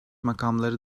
makamları